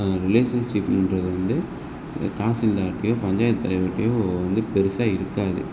ரிலேஷன்ஷிப்ன்றது வந்து தாசில்தார்கிட்டயோ பஞ்சாயத்து தலைவர்கிட்டயோ வந்து பெரிசா இருக்காது